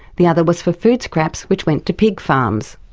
the other was for food scraps which went to pig farms.